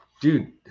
Dude